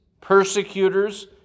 persecutors